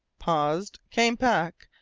paused, came back,